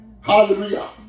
Hallelujah